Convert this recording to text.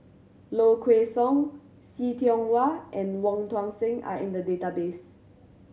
Low Kway Song See Tiong Wah and Wong Tuang Seng are in the database